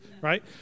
right